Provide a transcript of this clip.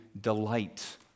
delight